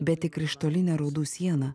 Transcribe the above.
bet tik krištolinę raudų sieną